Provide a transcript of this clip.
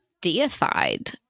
deified